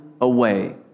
away